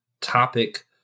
topic